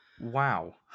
Wow